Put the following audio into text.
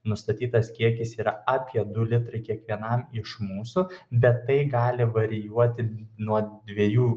nustatytas kiekis yra apie du litrai kiekvienam iš mūsų bet tai gali varijuoti nuo dviejų